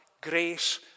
grace